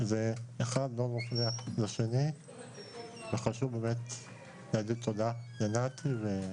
זה אחד לא מפריע לשני וחשוב לומר תודה לנתי.